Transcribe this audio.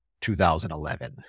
2011